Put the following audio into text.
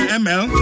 ml